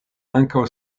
ankaŭ